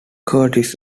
curtis